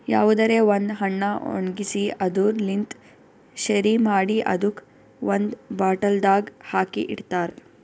ಯಾವುದರೆ ಒಂದ್ ಹಣ್ಣ ಒಣ್ಗಿಸಿ ಅದುರ್ ಲಿಂತ್ ಶೆರಿ ಮಾಡಿ ಅದುಕ್ ಒಂದ್ ಬಾಟಲ್ದಾಗ್ ಹಾಕಿ ಇಡ್ತಾರ್